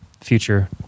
future